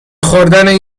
خوردن